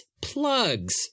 plugs